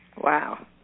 Wow